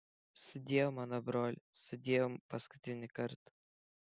sudieu mano broli sudieu paskutinį kartą